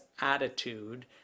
attitude